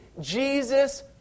Jesus